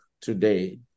today